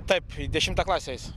taip į dešimtą klasę eis